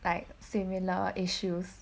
like similar issues